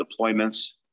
deployments